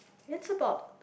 it's about